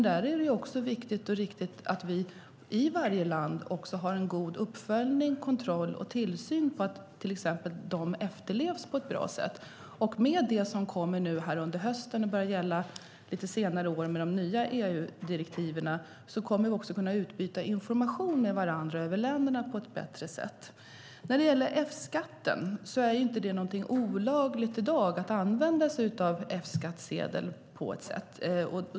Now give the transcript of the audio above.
Där är det också viktigt och riktigt att vi i varje land har en god uppföljning, kontroll och tillsyn av att dessa regler efterlevs på ett bra sätt. Med det som kommer under hösten och börjar gälla lite senare i år med de nya EU-direktiven kommer länderna också att kunna utbyta information med varandra på ett bättre sätt. I dag är det inte olagligt att använda sig av F-skattsedel på det här sättet.